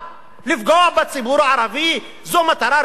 לפגוע בציבור הערבי זו מטרה ראויה?